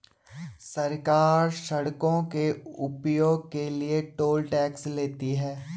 सरकार सड़कों के उपयोग के लिए टोल टैक्स लेती है